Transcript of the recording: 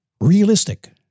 Realistic